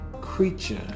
creature